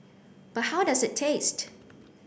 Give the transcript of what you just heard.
but how does it taste